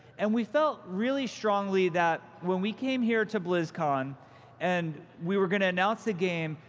and we felt really strongly that when we came here to blizzcon and we were going to announce the game,